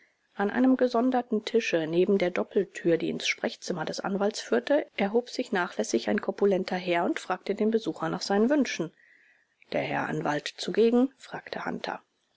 an einem gesonderten tische neben der doppeltür die ins sprechzimmer des anwalts führte erhob sich nachlässig ein korpulenter herr und fragte den besucher nach seinen wünschen der herr anwalt zugegen fragte hunter